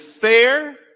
fair